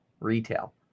retail